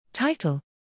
Title